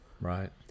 Right